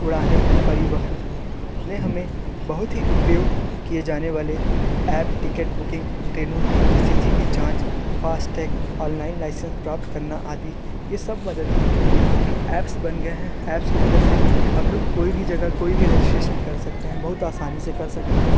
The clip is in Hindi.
उड़ाने परिवहन ने हमें बहुत ही उपयोग किये जाने वाले ऐप टिकिट बुकिंग ट्रेनों के स्थिती की जाँच फास्टटैग ऑनलाइन लाइसेंसे प्राप्त करना आदि ये सब मदद की क्योंकि ऐपस बन गए है ऐपस की मदद से हम लोग कोई भी जगह कोई भी रेजिस्ट्रैशन कर सकते है बहुत आसानी से कर सकते है